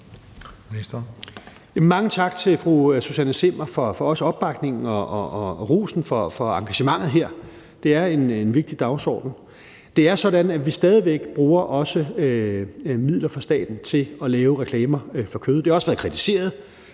Mange tak til fru Susanne Zimmer også for opbakningen og rosen for engagementet her. Det er en vigtig dagsorden. Det er sådan, at vi stadig væk også bruger midler fra staten til at lave reklamer for kød. Det har også været kritiseret.